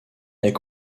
est